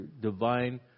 divine